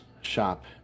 shop